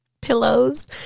pillows